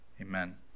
Amen